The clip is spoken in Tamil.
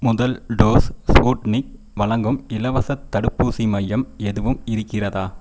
முதல் டோஸ் ஸ்பூட்னிக் வழங்கும் இலவசத் தடுப்பூசி மையம் எதுவும் இருக்கிறதா